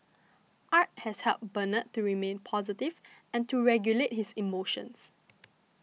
art has helped Bernard to remain positive and to regulate his emotions